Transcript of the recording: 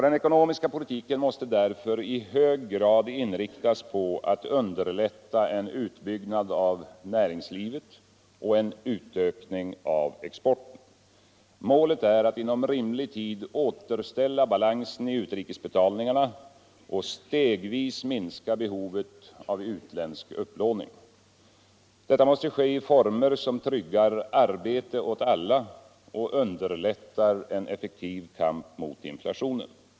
Den ekonomiska politiken måste därför i hög grad inriktas på att underlätta en utbyggnad av näringslivet och en ökning av exporten. Målet är att inom rimlig tid återställa balansen i utrikesbetalningarna och stegvis minska behovet av utländsk upplåning. Det måste ske i former som tryggar arbete åt alla och underlättar en effektiv kamp mot inflationen.